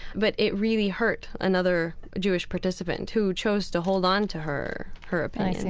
but it really hurt another jewish participant who chose to hold on to her her opinion.